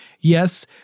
Yes